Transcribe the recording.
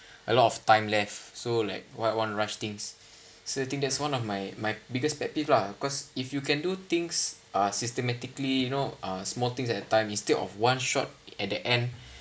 a lot of time left so like why want rush things so think that is one of my my biggest pet peeve lah cause if you can do things uh systematically you know uh small things at a time instead of one shot at the end